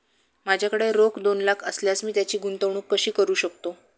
माझ्याकडे रोख दोन लाख असल्यास मी त्याची गुंतवणूक कशी करू शकतो?